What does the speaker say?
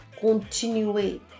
continuer